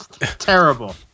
Terrible